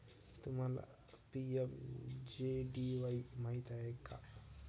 तुम्हाला पी.एम.जे.डी.वाई माहित आहे का?